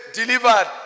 delivered